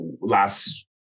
last